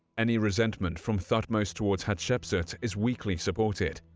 any resentment from thutmose towards hatshepsut is weakly supported,